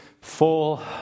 full